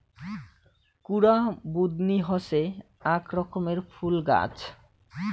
কুরা বুদনি হসে আক রকমের ফুল গাছ